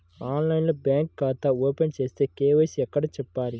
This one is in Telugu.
ఆన్లైన్లో బ్యాంకు ఖాతా ఓపెన్ చేస్తే, కే.వై.సి ఎక్కడ చెప్పాలి?